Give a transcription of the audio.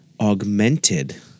augmented